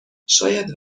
شاید